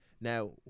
Now